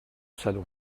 salon